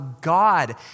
God